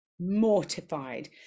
Mortified